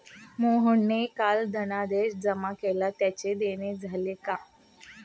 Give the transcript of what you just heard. मोहनने काल धनादेश जमा केला त्याचे देणे झाले का?